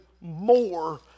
more